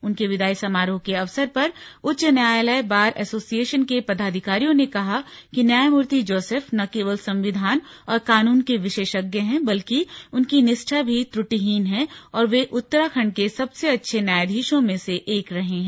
उनके विदाई समारोह के अवसर पर उच्च न्यायालय बार ऐशोसिएसन के पदाधिकारियों र्न कहा कि न्यायमूर्ति जोसेफ न केवल संविधान और कानून के विशेषज्ञ हैं बल्कि उनकी निष्ठा भी त्रटीहीन है और वे उत्तराखण्ड के सबसे अच्छे न्यायाधीशों में से एक रहे हैं